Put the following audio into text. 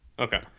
Okay